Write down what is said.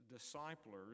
disciples